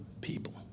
people